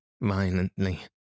violently